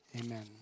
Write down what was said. Amen